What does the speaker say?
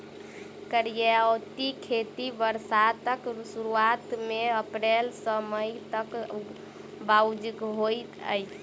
करियौती खेती बरसातक सुरुआत मे अप्रैल सँ मई तक बाउग होइ छै